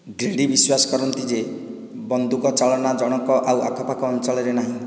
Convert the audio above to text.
Grady ବିଶ୍ୱାସ କରନ୍ତି ଯେ ବନ୍ଧୁକ ଚାଳକ ଜଣକ ଆଉ ଆଖପାଖ ଅଞ୍ଚଳରେ ନାହିଁ